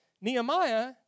Nehemiah